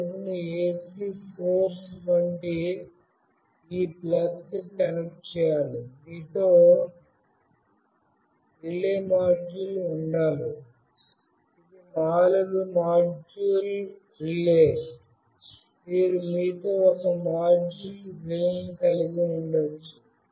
ఈ బల్బ్ను ఈ ఎసి సోర్స్ వంటి ఈ ప్లగ్కు కనెక్ట్ చేయాలి మీతో రిలే మాడ్యూల్ ఉండాలి ఇది నాలుగు మాడ్యూల్ రిలే మీరు మీతో ఒకే మాడ్యూల్ రిలేను కలిగి ఉండవచ్చు